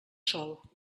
sol